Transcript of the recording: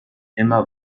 immer